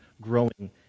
growing